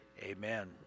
Amen